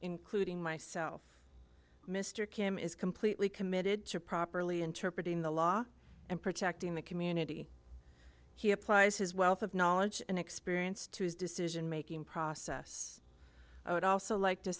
including myself mr kim is completely committed to properly interpret the law and protecting the community he applies his wealth of knowledge and experience to his decision making process i would also like to